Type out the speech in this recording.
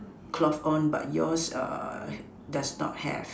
cloth on but yours does not have